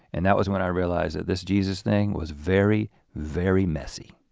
and that was when i realized that this jesus thing was very, very messy